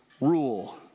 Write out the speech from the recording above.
rule